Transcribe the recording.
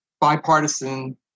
bipartisan